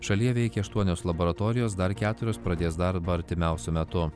šalyje veikia aštuonios laboratorijos dar keturios pradės darbą artimiausiu metu